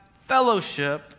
fellowship